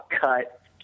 cut